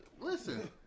Listen